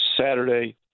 Saturday